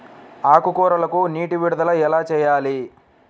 ఆకుకూరలకు నీటి విడుదల ఎలా చేయాలి?